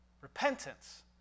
Repentance